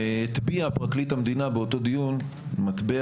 הטביע פרקליט המדינה באותו דיון מטבע